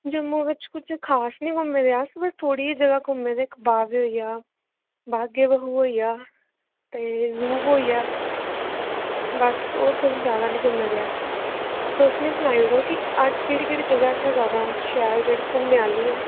जम्मू बिच कुछ खास नी घूमे दे अस बस थोह्ड़ी गै जगह् घूमे दे इक बावे होई गेआ बागे ए बहु होई गेआ ते ज़ू होई गेआ बस होर कोई ज्यादा नि घूमे दे अस तुस मिगी सनाई ओड़ो कि अज्ज केह्ड़ी केह्ड़ी जगह इत्थै ज्यादा शैल जेह्ड़ी घूमने आह्ली ऐ